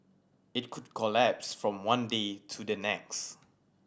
it could collapse from one day to the next